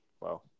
Wow